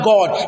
God